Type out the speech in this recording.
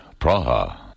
Praha